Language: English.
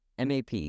MAP